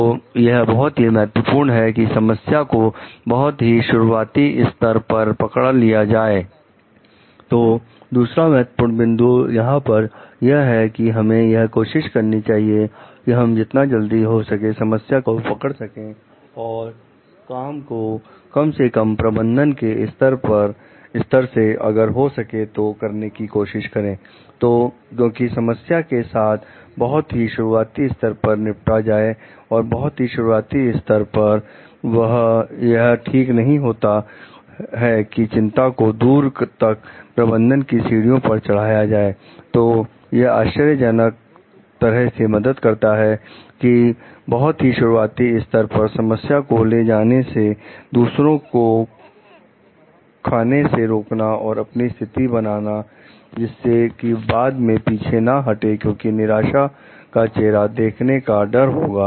तो यह बहुत ही महत्वपूर्ण है कि समस्या को बहुत ही शुरुआती स्तर पर पकड़ लिया जाए